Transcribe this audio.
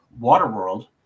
Waterworld